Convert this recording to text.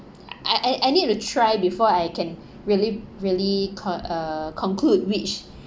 I I I need to try before I can really really co~ uh conclude which